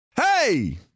Hey